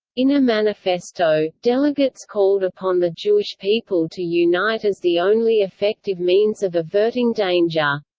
in a manifesto, delegates called upon the jewish people to unite as the only effective means of averting danger.